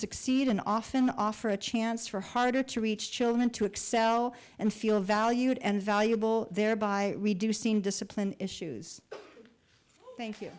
succeed and often offer a chance for harder to reach children to excel and feel valued and valuable thereby reducing discipline issues thank you